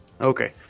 Okay